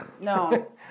No